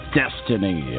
destiny